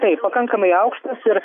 taip pakankamai aukštas ir